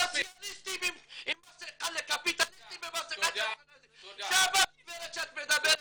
קפיטליסטים במסכה של --- גם הגברת שאת מדברת